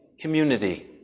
community